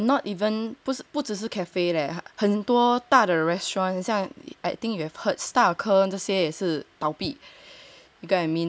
err not even 不只是 cafe leh 很多大的 restaurant 很像 I think you have heard Starker 这些也是倒闭